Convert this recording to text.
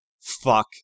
Fuck